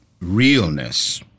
realness